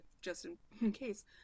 just-in-case